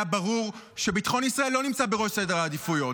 היה ברור שביטחון ישראל לא נמצא בראש סדר העדיפויות.